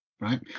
Right